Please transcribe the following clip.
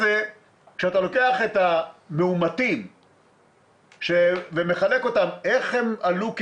כשאתה לוקח את המאומתים ומחלק אותם איך הם עלו כמאומתים,